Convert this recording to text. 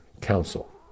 Council